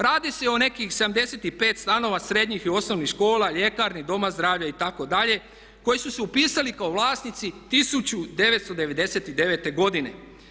Radi se o nekih 75 stanova srednjih i osnovnih škola, ljekarni, doma zdravlja itd., koji su se upisali kao vlasnici 1999. godine.